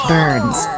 Burns